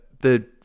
the-